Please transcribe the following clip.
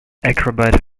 acrobat